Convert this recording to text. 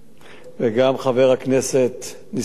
וגם חבר הכנסת נסים זאב,